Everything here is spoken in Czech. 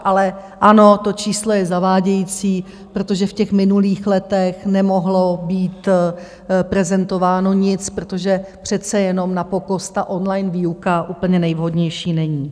Ale ano, to číslo je zavádějící, protože v minulých letech nemohlo být prezentováno nic, protože přece jenom na POKOS ta online výuka úplně nejvhodnější není.